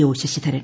O Sasidharan